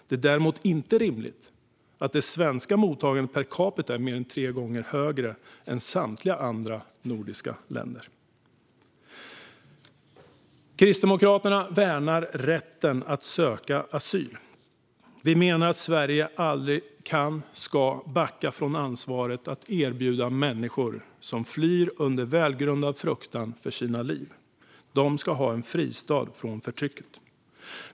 Det är däremot inte rimligt att det svenska mottagandet per capita är mer än tre gånger högre än i samtliga andra nordiska länder. Kristdemokraterna värnar rätten att söka asyl. Vi menar att Sverige aldrig kan eller ska backa från ansvaret att erbjuda människor som flyr, under välgrundad fruktan för sina liv, en fristad från förtrycket.